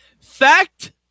fact